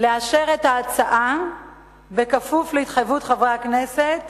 לאשר את ההצעה בכפוף להתחייבות חברי הכנסת